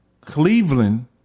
Cleveland